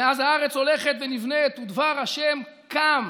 מאז הארץ הולכת ונבנית, ודבר ה' קם,